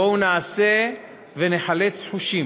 בואו נעשה ונחלץ חושים.